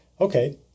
Okay